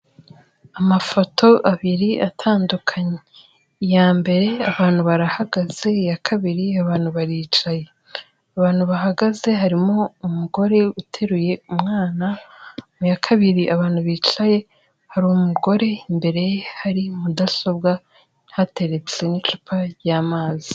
Amafoto abiri atandukanye, iya mbere abantu barahagaze, iya kabiri abantu baricaye, mu abantu bahagaze harimo umugore uteruye umwana, mu ya kabiri abantu bicaye, hari umugore imbere ye hari mudasobwa hateretse n'icupa ry'amazi.